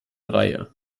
reihe